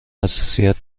حساسیت